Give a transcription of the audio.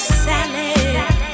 salad